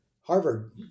Harvard